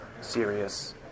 serious